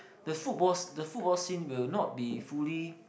the football the football scene will not be fully